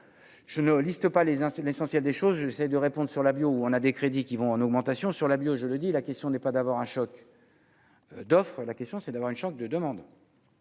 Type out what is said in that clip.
je ne liste pas les hein, l'essentiel des choses, j'essaie de répondre sur la bio, où on a des crédits qui vont en augmentation sur la bio-je le dis, la question n'est pas d'avoir un choc d'offre la question, c'est d'avoir une chance de demandes